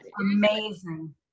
Amazing